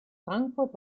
frankfurt